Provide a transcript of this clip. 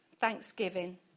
thanksgiving